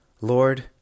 Lord